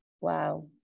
Wow